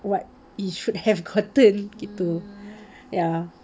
what he should have gotten gitu ya